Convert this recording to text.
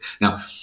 Now